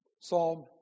Psalm